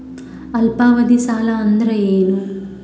ಅಲ್ಪಾವಧಿ ಸಾಲ ಅಂದ್ರ ಏನು?